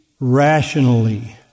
rationally